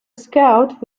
scout